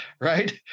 Right